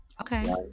Okay